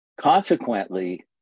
Consequently